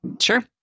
Sure